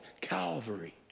Calvary